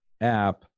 app